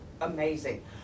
amazing